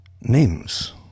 names